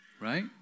right